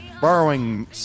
borrowing